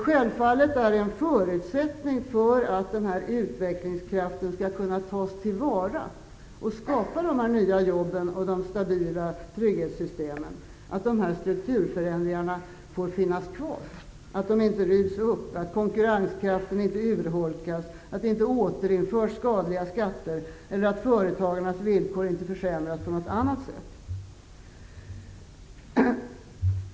Självfallet är en förutsättning för att den här utvecklingskraften skall kunna tas till vara och för att den skall kunna skapa de nya jobben och de stabila trygghetssystemen att dessa strukturförändringar får finnas kvar, att de inte rivs upp, att konkurrenskraften inte urholkas, att det inte återinförs skadliga skatter eller att företagarnas villkor inte försämras på något annat sätt.